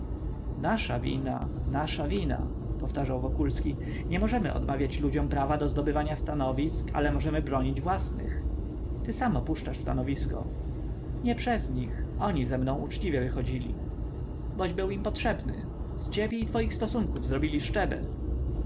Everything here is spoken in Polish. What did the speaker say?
nasza wina nasza wina powtarzał wokulski nie możemy odmawiać ludziom prawa do zdobywania stanowisk ale możemy bronić własnych ty sam opuszczasz stanowisko nie przez nich oni ze mną uczciwie wychodzili boś był im potrzebny z ciebie i twoich stosunków zrobili szczebel